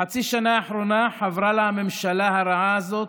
בחצי השנה האחרונה חברה לה הממשלה הרעה הזאת,